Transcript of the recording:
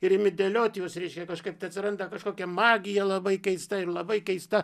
ir imi dėlioti juos reiškia kažkaip tai atsiranda kažkokia magija labai keista ir labai keista